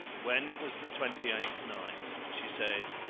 when it was the twentieth night, she said,